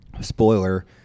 spoiler